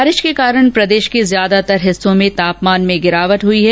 बारिश के कारण प्रदेश के ज्यादातर हिस्सों में तापमान में गिरावट दर्ज की गई है